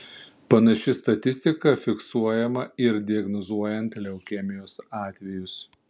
panaši statistika fiksuojama ir diagnozuojant leukemijos atvejus